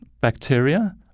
bacteria